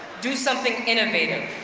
do something innovative.